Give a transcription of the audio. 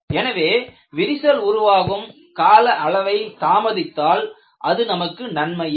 எனவே விரிசல் உருவாகும் கால அளவை தாமதித்தால் அது நமக்கு நன்மையே